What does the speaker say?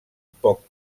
poc